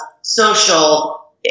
Social